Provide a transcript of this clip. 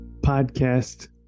podcast